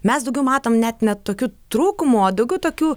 mes daugiau matom net ne tokių trūkumų o daugiau tokių